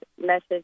message